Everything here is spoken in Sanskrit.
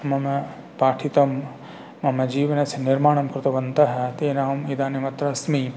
मम पाठितं मम जीवनस्य निर्माणं कृतवन्तः तेन अहम् इदानीम् अत्र अस्मि